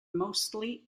mostly